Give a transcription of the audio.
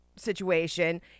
situation